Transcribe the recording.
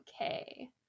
Okay